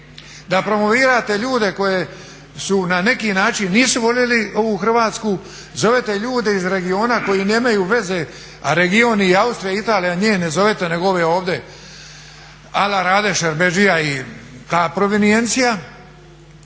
da promovirate ljude koji na neki način nisu voljeli ovu Hrvatsku, zovete ljude iz regiona koji nemaju veze, a region Austrija i Italija njih ne zovete nego ovo ovdje a la Rade Šerbedžija i ta provenijencija.